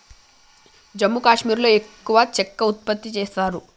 జమ్మూ కాశ్మీర్లో ఎక్కువ చెక్క ఉత్పత్తి చేస్తారు